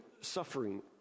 suffering